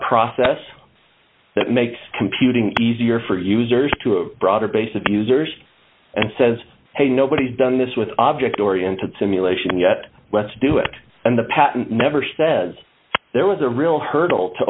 process that makes computing easier for users to a broader base of users and says hey nobody's done this with object oriented simulation yet let's do it and the patent never says there was a real hurdle to